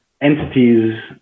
entities